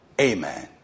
amen